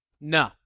No